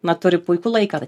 na turi puikų laiką